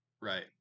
Right